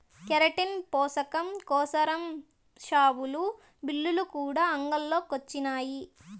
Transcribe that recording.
keratin పోసకం కోసరం షావులు, బిల్లులు కూడా అంగిల్లో కొచ్చినాయి